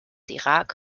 irak